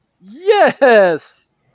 Yes